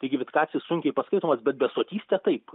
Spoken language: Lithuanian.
taigi vitkacis sunkiai paskaitomas bet besotystė taip